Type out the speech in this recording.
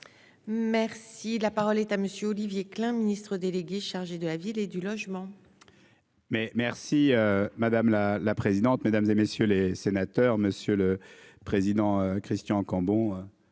Merci. Si la parole est à monsieur Olivier Klein, Ministre délégué chargé de la ville et du logement. Mais merci madame la la présidente mesdames et messieurs les sénateurs, Monsieur le Président. Christian Cambon.